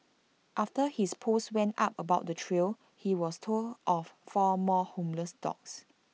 after his post went up about the trio he was told of four more homeless dogs